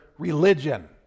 religion